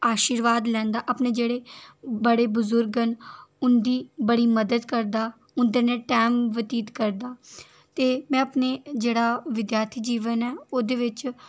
शीर्वाद लैंदा जेह्ड़े बड़े बजुर्ग न उं'दी बड़ी मदद करदा उं'दे नै टाइम बतीत करदा ते में अपने जेह्ड़ा विद्यार्थी जीवन ओह्दे बिच